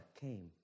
came